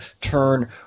turn